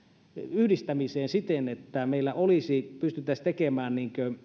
yhdistämiseen siten että meillä pystyttäisiin tekemään